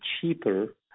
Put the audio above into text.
cheaper